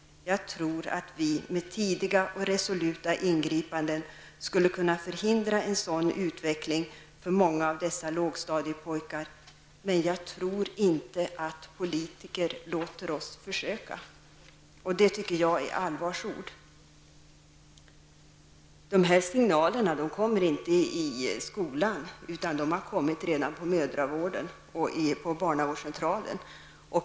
Jag tror att vi med tidiga och resoluta ingripanden skulle kunna förhindra en sådan utveckling för många av dessa lågstadiepojkar, men jag tror inte att politikerna låter oss försöka.'' Det tycker jag är allvarsord. Dessa signaler kommer inte i skolan, utan de har kommit redan på mödravården och på barnavårdscentralen.